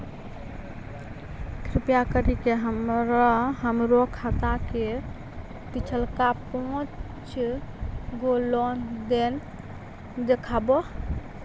कृपा करि के हमरा हमरो खाता के पिछलका पांच गो लेन देन देखाबो